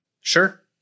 Sure